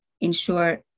ensure